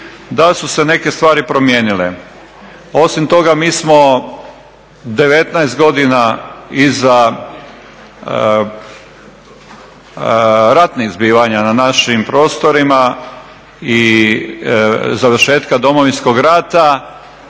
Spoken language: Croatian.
da su se neke stvari promijenile. Osim toga, mi smo 19 godina iza ratnih zbivanja na našim prostorima i završetka Domovinskog rata